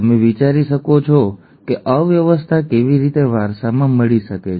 તમે વિચારી શકો છો કે અવ્યવસ્થા કેવી રીતે વારસામાં મળી શકે છે